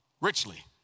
richly